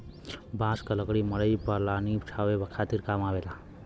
बांस क लकड़ी मड़ई पलानी छावे खातिर काम आवेला